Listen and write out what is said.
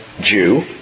Jew